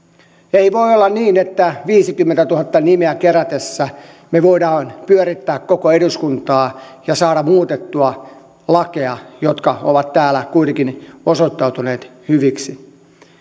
ei voi olla niin että viisikymmentätuhatta nimeä kerättäessä me voimme pyörittää koko eduskuntaa ja saada muutettua lakeja jotka ovat täällä kuitenkin osoittautuneet hyviksi